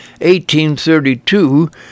1832